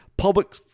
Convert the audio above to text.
Public